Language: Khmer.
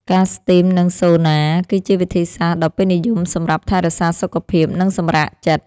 ការស្ទីម និងសូណា គឺជាវិធីសាស្ត្រដ៏ពេញនិយមសម្រាប់ថែរក្សាសុខភាព និងសម្រាកចិត្ត។